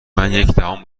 دهان